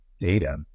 data